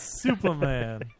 Superman